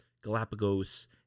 Galapagos